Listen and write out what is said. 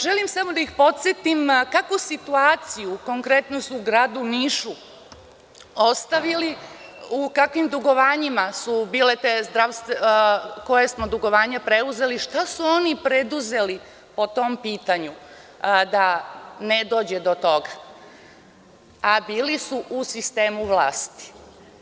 Želim damo da ih podsetim kakvu situaciju, konkretno u Gradu Nišu, su ostavili, kakva dugovanja smo preuzeli, šta su oni preduzeli po tom pitanju da ne dođe do toga, a bili su u sistemu vlasti.